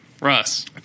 Russ